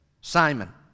Simon